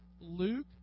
Luke